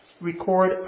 record